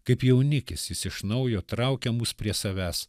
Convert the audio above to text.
kaip jaunikis jis iš naujo traukia mus prie savęs